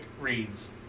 reads